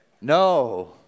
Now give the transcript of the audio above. No